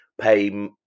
pay